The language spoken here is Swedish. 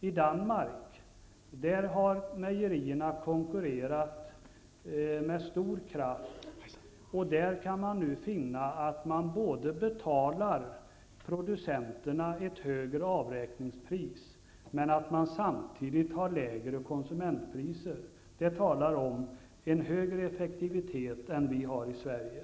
I Danmark har mejerierna konkurrerat med stor kraft, och där kan vi finna att man både betalar producenterna ett högre avräkningspris och har lägre konsumentpriser. Det vittnar om en högre effektivitet än vi har i Sverige.